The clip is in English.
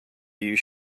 you